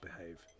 behave